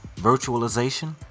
virtualization